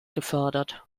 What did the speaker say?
gefördert